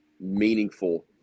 meaningful